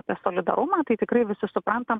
apie solidarumą tai tikrai visi suprantam